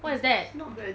what is that